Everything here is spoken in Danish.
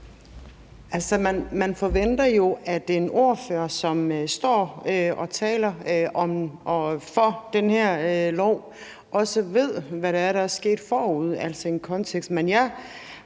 man forventer jo, at en ordfører, som står og taler om og for det her lovforslag, også ved, hvad det er, der er gået forud for, altså konteksten.